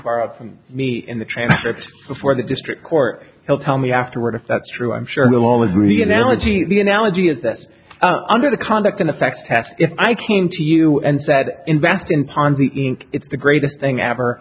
borrowed from me in the transcript before the district court he'll tell me afterward if that's true i'm sure we'll all agree analogy the analogy is that's under the conduct in effect test if i came to you and said invest in ponzi ink it's the greatest thing ever